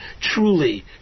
truly